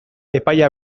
epaia